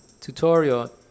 tutorial